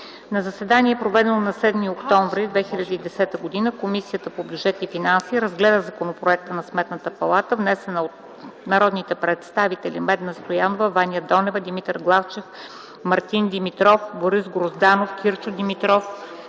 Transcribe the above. На заседание, проведено на 7 октомври 2010 г., Комисията по бюджет и финанси разгледа Законопроекта за Сметната палата, внесен от народните представители Менда Стоянова, Ваня Донева, Димитър Главчев, Мартин Димитров, Борис Грозданов, Кирчо Димитров,